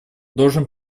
должен